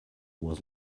was